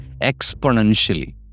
exponentially